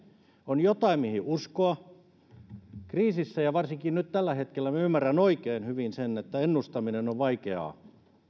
on jotain mihin uskoa kriisissä ja varsinkin nyt tällä hetkellä minä ymmärrän oikein hyvin sen että ennustaminen on vaikeaa